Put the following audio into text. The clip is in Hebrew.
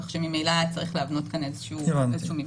כך שממילא היה צריך להבנות כאן איזשהו ממשק.